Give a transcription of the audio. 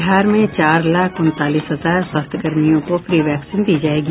बिहार में चार लाख उनतालीस हजार स्वास्थ्यकर्मियों को फ्री वैक्सीन दी जायेगी